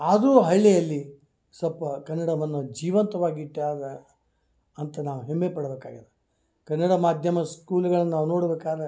ಆದರೂ ಹಳ್ಳಿಯಲ್ಲಿ ಸ್ವಲ್ಪ ಕನ್ನಡವನ್ನು ಜೀವಂತವಾಗಿ ಇಟ್ಟಾಗ ಅಂತ ನಾವು ಹೆಮ್ಮೆ ಪಡ್ಬೇಕು ಆಗ್ಯದ ಕನ್ನಡ ಮಾಧ್ಯಮ ಸ್ಕೂಲ್ಗಳನ್ನು ನಾವು ನೋಡ್ಬೇಕಾದ್ರೆ